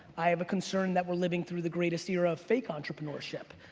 i have a concern that we're living through the greatest era of fake entrepreneurship.